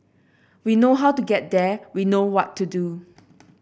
we know how to get there we know what to do